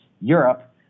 Europe